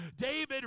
David